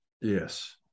Yes